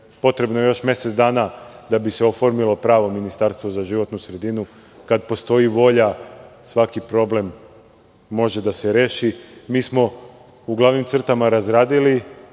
potrebno još mesec dana da bi se oformilo pravo ministarstvo za životnu sredinu. Kada postoji volja svaki problem može da se reši. Mi smo u glavnim crtama razradili